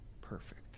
perfect